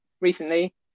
recently